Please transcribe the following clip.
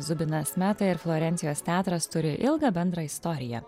zubinas meta ir florencijos teatras turi ilgą bendrą istoriją